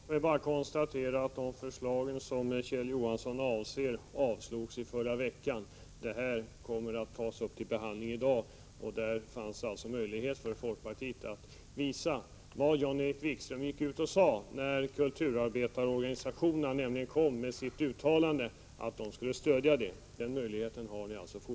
Herr talman! Låt mig bara konstatera att de förslag som Kjell Johansson Torsdagen den avser avslogs i förra veckan. Det andra kommer att tas upp till behandlingi 2 maj 1985 dag, och där finns alltså möjligheter för folkpartiet att uppfylla vad Jan-Erik Wikström sade när kulturarbetarorganisationerna kom med sitt uttalande, Särskild skattenämligen att man skulle stödja det. Den möjligheten har ni fortfarande.